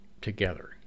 together